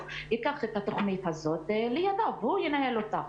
ייקח את התוכנית הזאת לידיו וינהל אותה.